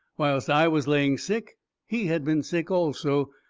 whilst i was laying sick he had been sick also,